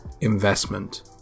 investment